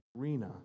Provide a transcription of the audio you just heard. arena